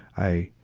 i,